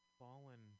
fallen